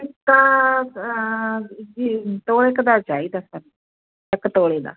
ਟਿੱਕਾ ਜੀ ਤੋਲੇ ਕੁ ਦਾ ਚਾਹੀਦਾ ਸਾਨੂੰ ਇੱਕ ਤੋਲੇ ਦਾ